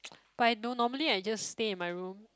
but I don't normally I just stay in my room